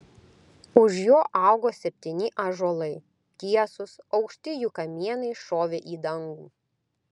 už jo augo septyni ąžuolai tiesūs aukšti jų kamienai šovė į dangų